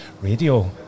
Radio